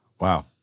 Wow